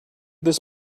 this